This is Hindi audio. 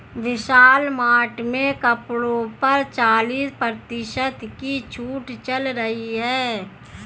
विशाल मार्ट में कपड़ों पर चालीस प्रतिशत की छूट चल रही है